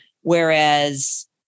whereas